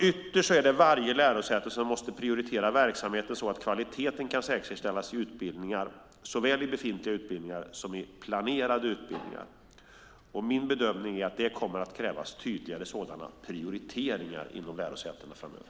Ytterst är det varje lärosäte som måste prioritera verksamheten så att kvaliteten kan säkerställas i utbildningar, såväl i befintliga utbildningar som i planerade utbildningar. Min bedömning är att det kommer att krävas tydligare sådana prioriteringar inom lärosätena framöver.